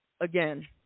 again